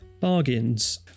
Bargains